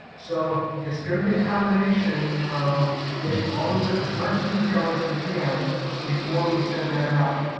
so it's going to be a combination of getting all of it, as much detail as we can before we send that out.